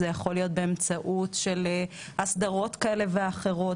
זה יכול להיות באמצעות הסדרות כאלה ואחרות,